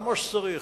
כמו שצריך,